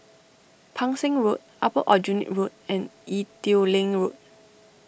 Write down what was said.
Pang Seng Road Upper Aljunied Road and Ee Teow Leng Road